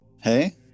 Hey